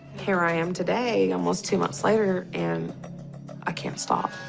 here i am today, almost two months later, and i can't stop.